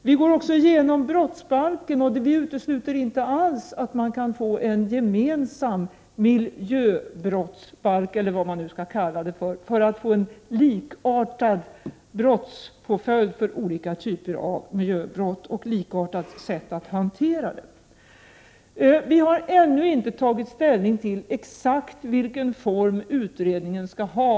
Vi går också igenom brottsbalken, och vi utesluter inte alls att man kan få en gemensam ”miljöbrottsbalk” för att få en likartad brottspåföljd för olika typer av miljöbrott, liksom ett likartat sätt att hantera dem. Vi har ännu inte tagit ställning till exakt vilken form utredningen skall ha.